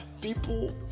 people